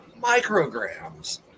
micrograms